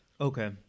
Okay